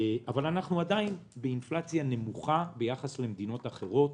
אבל אנחנו עדיין באינפלציה נמוכה ביחס למדינות אחרות.